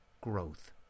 growth